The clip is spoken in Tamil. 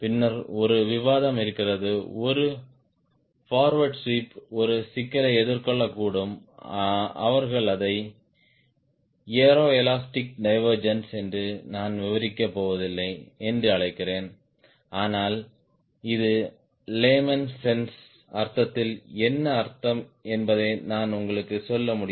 பின்னர் ஒரு விவாதம் இருந்தது ஒரு போர்வேர்ட் ஸ்வீப் ஒரு சிக்கலை எதிர்கொள்ளக்கூடும் அவர்கள் அதை ஏரோ எலாஸ்டிக் டிவேர்ஜ்ன்ஸ் என்று நான் விவரிக்கப் போவதில்லை என்று அழைக்கிறேன் ஆனால் இது லேமென் சென்ஸ் அர்த்தத்தில் என்ன அர்த்தம் என்பதை நான் உங்களுக்கு சொல்ல முடியும்